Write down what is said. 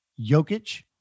Jokic